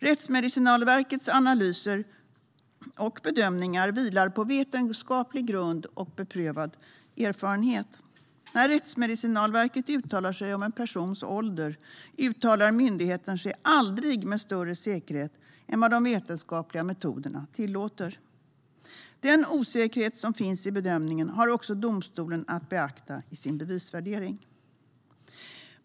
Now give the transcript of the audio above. Rättsmedicinalverkets analyser och bedömningar vilar på vetenskaplig grund och beprövad erfarenhet. När Rättsmedicinalverket uttalar sig om en persons ålder uttalar sig myndigheten aldrig med större säkerhet än vad de vetenskapliga metoderna tillåter. Den osäkerhet som finns i bedömningen har också domstolen att beakta i sin bevisvärdering.